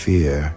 Fear